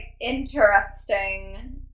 interesting